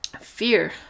fear